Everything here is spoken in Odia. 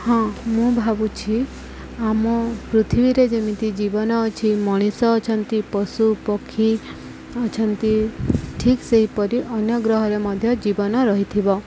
ହଁ ମୁଁ ଭାବୁଛି ଆମ ପୃଥିବୀରେ ଯେମିତି ଜୀବନ ଅଛି ମଣିଷ ଅଛନ୍ତି ପଶୁ ପକ୍ଷୀ ଅଛନ୍ତି ଠିକ୍ ସେହିପରି ଅନ୍ୟ ଗ୍ରହରେ ମଧ୍ୟ ଜୀବନ ରହିଥିବ